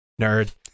nerd